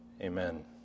Amen